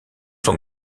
son